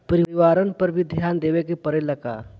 परिवारन पर भी ध्यान देवे के परेला का?